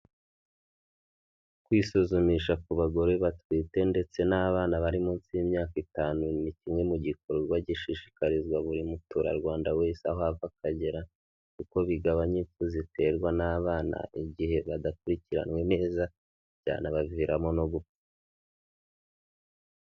Kwisuzumisha ku bagore batwite ndetse n'abana bari munsi y'imyaka itanu, ni kimwe mu gikorwa gishishikarizwa buri mutura Rwanda wese aho ava akagera kuko bigabanya impfu ziterwa n'abana igihe badakurikiranwe neza, byanabaviramo no gupfa.